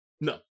No